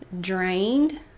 drained